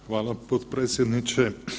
Hvala potpredsjedniče.